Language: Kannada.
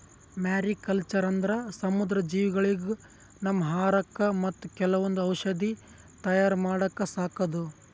ಮ್ಯಾರಿಕಲ್ಚರ್ ಅಂದ್ರ ಸಮುದ್ರ ಜೀವಿಗೊಳಿಗ್ ನಮ್ಮ್ ಆಹಾರಕ್ಕಾ ಮತ್ತ್ ಕೆಲವೊಂದ್ ಔಷಧಿ ತಯಾರ್ ಮಾಡಕ್ಕ ಸಾಕದು